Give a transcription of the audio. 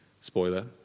spoiler